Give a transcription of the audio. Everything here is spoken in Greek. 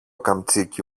καμτσίκι